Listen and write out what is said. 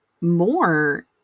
more